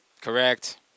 Correct